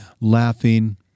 laughing